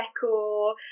decor